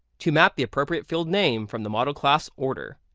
to map the appropriate field name from the model class order.